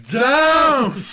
down